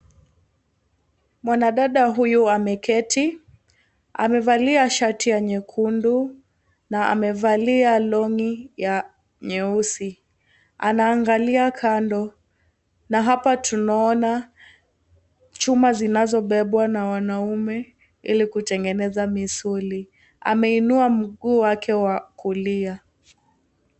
Mwanadada huyu ameketi amevalia shati nyekundu na amevalia long'i ya nyeusi anaangalia kando na hapa tunaona chuma zinazobebwa na wanaume ili kutengeneza misuli ameinua miguu yake wa kulia.